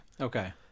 Okay